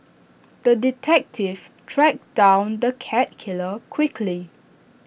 the detective tracked down the cat killer quickly